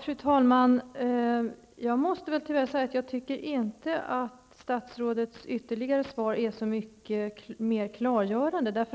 Fru talman! Jag måste tyvärr säga att jag inte tycker att statsrådets ytterligare svar är så mycket mer klargörande.